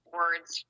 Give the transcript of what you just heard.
words